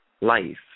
life